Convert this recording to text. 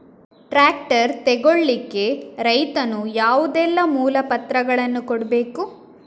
Tractor ತೆಗೊಳ್ಳಿಕೆ ರೈತನು ಯಾವುದೆಲ್ಲ ಮೂಲಪತ್ರಗಳನ್ನು ಕೊಡ್ಬೇಕು?